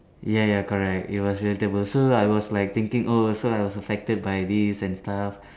ya ya correct it was relatable so I was like thinking oh so I was affected by this and stuff